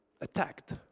attacked